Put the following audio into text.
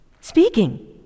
speaking